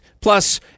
Plus